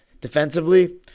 defensively